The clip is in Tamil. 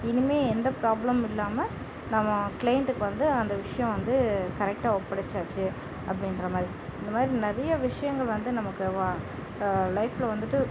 இனிமே எந்த ப்ராப்ளம் இல்லாமல் நம்ம கிளைண்ட் வந்து அந்த விஷயம் வந்து கரெக்டாக ஒப்படைச்சாச்சு அப்டின்றமாதிரி அந்தமாதிரி நிறைய விஷயங்கள் வந்து நமக்கு வா லைஃப்பில் வந்துட்டு